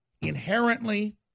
inherently